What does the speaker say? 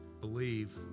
believe